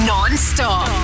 Non-stop